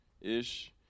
ish